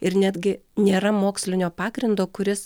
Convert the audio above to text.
ir netgi nėra mokslinio pagrindo kuris